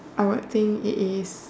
I would think it is